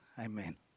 Amen